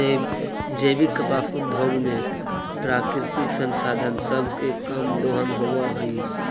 जैविक कपास उद्योग में प्राकृतिक संसाधन सब के कम दोहन होब हई